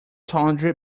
tawdry